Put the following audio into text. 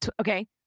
Okay